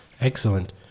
Excellent